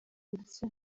ndetse